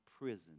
prison